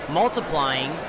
multiplying